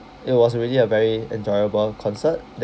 it was really a very enjoyable concert that